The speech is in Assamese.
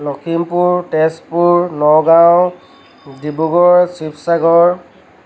লখিমপুৰ তেজপুৰ নগাঁও ডিব্ৰুগড় শিৱসাগৰ